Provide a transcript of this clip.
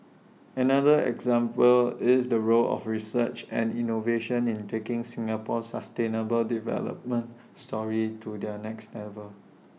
another example is the role of research and innovation in taking Singapore's sustainable development story to their next level